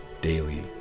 daily